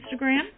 Instagram